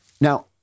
Now